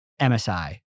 MSI